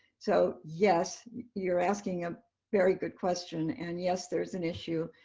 so yes, you're asking a very good question. and yes, there is an issue,